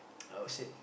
I would say